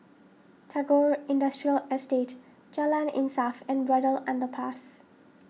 Tagore Industrial Estate Jalan Insaf and Braddell Underpass